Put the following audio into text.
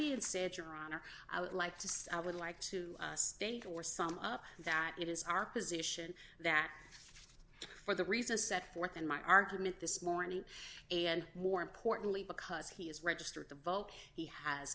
being said your honor i would like to say i would like to thank you for some of that it is our position that for the reasons set forth in my argument this morning and more importantly because he is registered to vote he has